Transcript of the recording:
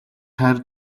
хайр